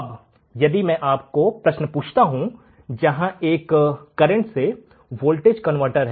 अब यदि मैं आपको प्रश्न दिखाता हूं जहां पर एक करेंट से वोल्टेज कनवर्टर है